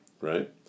right